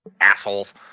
Assholes